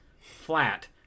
flat